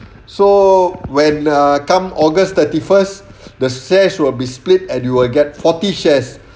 so when ah come august thirty first the shares should ah be split and you will get forty shares